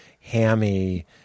hammy